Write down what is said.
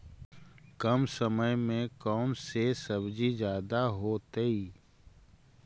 कम समय में कौन से सब्जी ज्यादा होतेई?